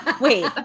Wait